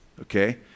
okay